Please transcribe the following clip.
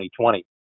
2020